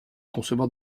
concevoir